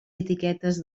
etiquetes